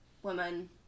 woman